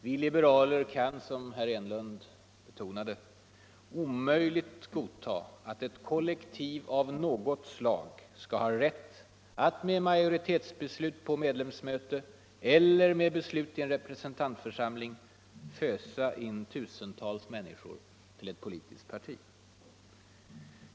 Vi liberaler kan, som herr Enlund betonade, omöjligt godta att ett kollektiv av något — Nr 19 slag skall ha rätt att med majoritetsbeslut på medlemsmöte, eller med Tisdagen den beslut i en representantförsamling, fösa in tusentals människor i ett po 11 februari 1975 litiskt parti.